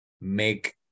make